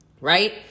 right